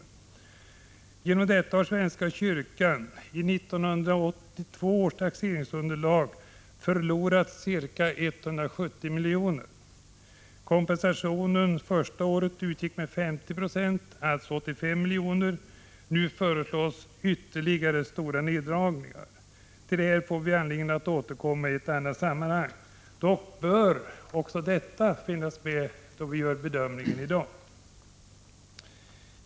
På grund av detta har svenska kyrkan i 1982 års taxeringsunderlag förlorat ca 170 miljoner. Kompensation utgick första året med 50 96 eller 85 miljoner. Nu föreslås ytterligare stora neddragningar. Till detta får vi anledning att återkomma i ett annat sammanhang. Dock bör det finnas med också vid bedömningen i dag.